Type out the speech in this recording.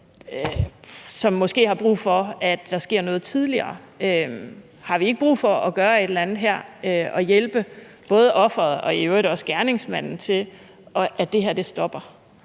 som måske har brug for, at der sker noget tidligere? Har vi ikke brug for at gøre et eller andet her og hjælpe både offeret og i øvrigt også gerningsmanden til, at det her stopper?